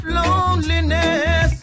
loneliness